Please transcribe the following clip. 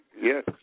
Yes